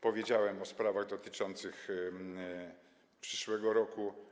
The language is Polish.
Powiedziałem o sprawach dotyczących przyszłego roku.